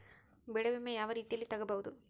ಬೆಳೆ ವಿಮೆ ಯಾವ ರೇತಿಯಲ್ಲಿ ತಗಬಹುದು?